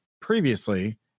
previously